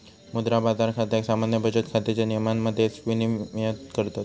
मुद्रा बाजार खात्याक सामान्य बचत खात्याच्या नियमांमध्येच विनियमित करतत